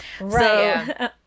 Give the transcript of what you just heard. Right